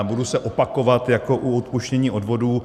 Budu se opakovat jako u odpuštění odvodů.